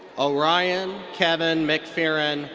o'riyan kevin mcferre-gause.